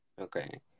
Okay